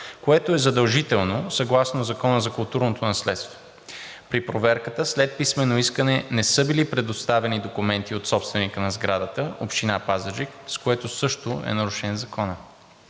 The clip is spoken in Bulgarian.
което е задължително съгласно Закона за културното наследство. При проверката след писмено искане не са били предоставени документи от собственика на сградата – Община Пазарджик, с което също е нарушен Законът.